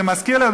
זה מזכיר לי,